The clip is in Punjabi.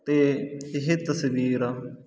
ਤੇ ਇਹ ਤਸਵੀਰ